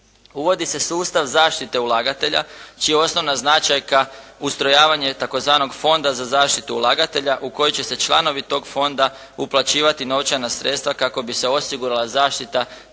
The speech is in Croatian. Uvodi se sustav zaštite ulagatelja čija je osnovna značajka ustrojavanje tzv. Fonda za zaštitu ulagatelja u koji će se članovi tog fonda uplaćivati novčana sredstva kako bi se osigurala zaštita tražbina